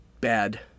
bad